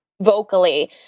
vocally